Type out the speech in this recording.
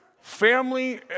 family